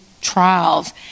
trials